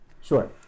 Sure